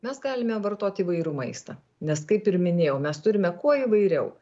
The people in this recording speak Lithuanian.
mes galime vartot įvairų maistą nes kaip ir minėjau mes turime kuo įvairiau